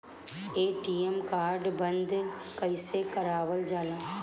ATM card बन्द कईसे करावल जाला?